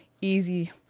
easy